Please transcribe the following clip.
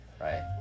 right